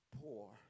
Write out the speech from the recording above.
poor